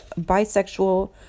bisexual